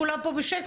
כולם פה בשקט?